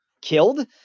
killed